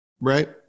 right